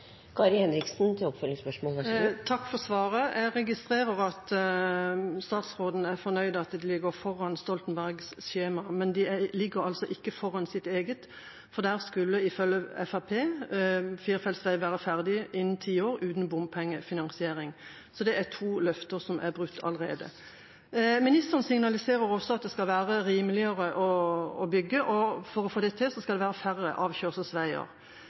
Takk for svaret. Jeg registrerer at statsråden er fornøyd med at de ligger foran Stoltenberg-regjeringas skjema, men de ligger ikke foran sitt eget, for ifølge Fremskrittspartiet skulle firefelts vei være ferdig innen ti år uten bompengefinansiering. Så det er to løfter som er brutt allerede. Ministeren signaliserer også at det skal være rimeligere å bygge, og for å få til det skal det være færre